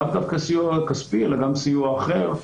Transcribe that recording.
לאו דווקא סיוע כספי אלא גם סיוע אחר,